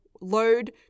load